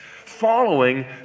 following